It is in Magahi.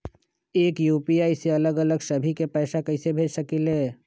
एक यू.पी.आई से अलग अलग सभी के पैसा कईसे भेज सकीले?